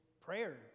prayer